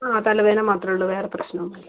അ തലവേദന മാത്രമെ ഉള്ളു വേറെ പ്രശ്നമൊന്നും ഇല്ല